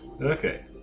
Okay